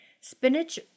Spinach